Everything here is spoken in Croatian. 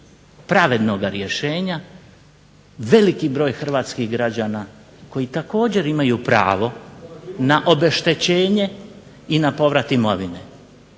pravednoga rješenja veliki broj hrvatskih građana koji također imaju pravo na obeštećenje i na povrat imovine.